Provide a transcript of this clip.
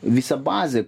visa bazė